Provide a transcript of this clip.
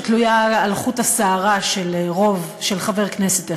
שתלויה על חוט השערה של חבר כנסת אחד,